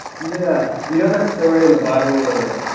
yeah and yeah that story in the bible where the